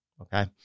okay